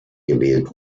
gewählt